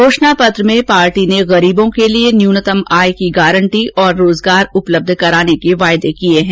घोषणा पत्र में पार्टी ने गरीबों के लिए न्यूनतम आय की गारंटी और रोजगार उपलब्ध कराने के वायदे किए हैं